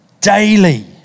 daily